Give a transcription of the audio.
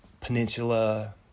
peninsula